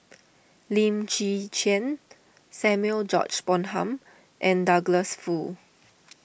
Lim Chwee Chian Samuel George Bonham and Douglas Foo